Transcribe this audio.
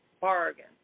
bargain